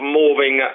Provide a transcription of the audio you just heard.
moving